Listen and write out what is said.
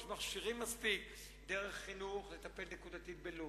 יש מכשירים מספיק, דרך חינוך לטפל נקודתית בלוד,